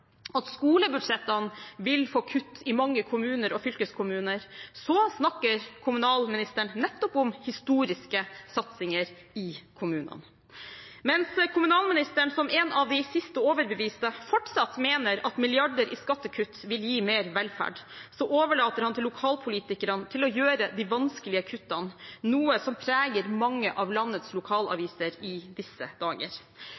at skolebudsjettene vil få kutt i mange kommuner og fylkeskommuner, så snakker kommunalministeren om historiske satsinger i kommunene. Mens kommunalministeren, som en av de siste overbeviste, fortsatt mener at milliarder i skattekutt vil gi mer velferd, så overlater han til lokalpolitikerne å gjøre de vanskelige kuttene – noe som preger mange av landets